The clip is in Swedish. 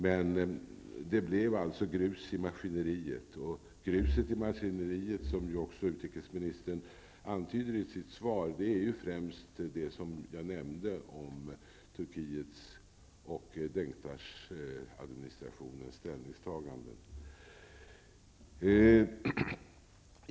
Men det kom grus i maskineriet, och gruset i maskineriet är, som också utrikesministern antyder i sitt svar, främst Turkiets och Denktash-administrationens ställningstagande.